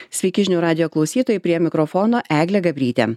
sveiki žinių radijo klausytojai prie mikrofono eglė gabrytė